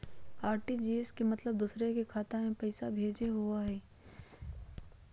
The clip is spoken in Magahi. आर.टी.जी.एस के मतलब दूसरे के खाता में पईसा भेजे होअ हई?